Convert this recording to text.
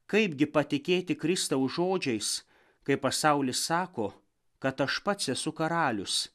kaipgi patikėti kristaus žodžiais kai pasaulis sako kad aš pats esu karalius